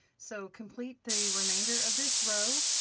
so complete the remainder of this row,